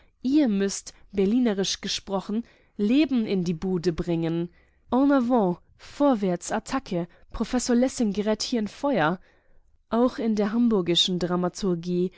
ihr müßt berlinisch gesprochen leben in die bude bringen en avant vorwärts attacke professor lessing gerät hier in feuer auch in der hamburgischen dramaturgie